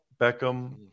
Beckham